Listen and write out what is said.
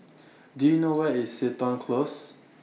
Do YOU know Where IS Seton Close